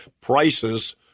prices